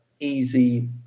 easy